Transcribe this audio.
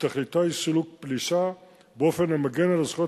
ותכליתו היא סילוק פלישה באופן המגן על הזכויות